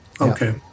okay